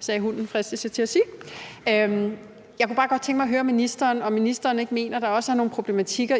sagde hunden, fristes jeg til at sige. Jeg kunne bare godt tænke mig at høre ministeren, om ministeren ikke mener, der også er nogle problematikker,